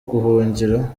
guhungira